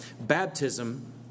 Baptism